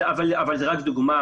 אבל זאת רק דוגמה.